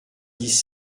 dix